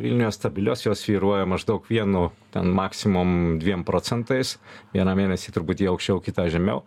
vilniuje stabilios jos svyruoja maždaug vienu ten maksimum dviem procentais vieną mėnesį truputį aukščiau kitą žemiau